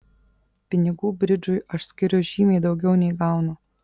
pinigų bridžui aš skiriu žymiai daugiau nei gaunu